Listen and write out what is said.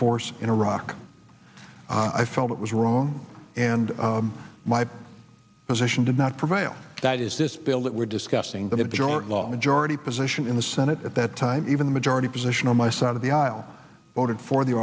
force in iraq i felt it was wrong and my position did not prevail that is this bill that we're discussing that there are a lot majority position in the senate at that time even the majority position on my side of the aisle voted for the